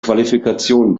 qualifikation